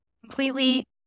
completely